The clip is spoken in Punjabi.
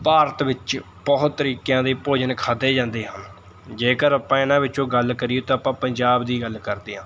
ਭਾਰਤ ਵਿੱਚ ਬਹੁਤ ਤਰੀਕਿਆਂ ਦੇ ਭੋਜਨ ਖਾਧੇ ਜਾਂਦੇ ਹਨ ਜੇਕਰ ਆਪਾਂ ਇਨ੍ਹਾਂ ਵਿੱਚੋਂ ਗੱਲ ਕਰੀਏ ਤਾਂ ਆਪਾਂ ਪੰਜਾਬ ਦੀ ਗੱਲ ਕਰਦੇ ਹਾਂ